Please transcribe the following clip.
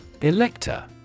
Elector